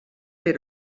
per